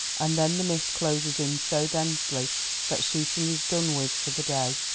and then the mist closes in so densely that shooting is done with for the day.